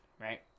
right